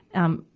um,